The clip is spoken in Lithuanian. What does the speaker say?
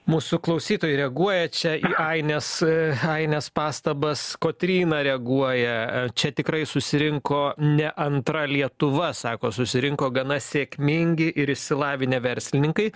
mūsų klausytojai reaguoja čia į ainės ainės pastabas kotryna reaguoja čia tikrai susirinko ne antra lietuva sako susirinko gana sėkmingi ir išsilavinę verslininkai